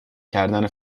کردن